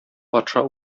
патша